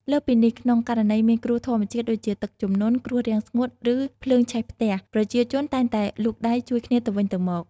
លើសពីនេះ ក្នុងករណីមានគ្រោះធម្មជាតិដូចជាទឹកជំនន់ គ្រោះរាំងស្ងួត ឬភ្លើងឆេះផ្ទះ ប្រជាជនតែងតែលូកដៃជួយគ្នាទៅវិញទៅមក។